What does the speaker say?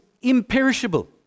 imperishable